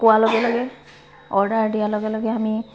কোৱা লগে লগে অৰ্ডাৰ দিয়া লগে লগে আমি